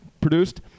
produced